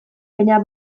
baina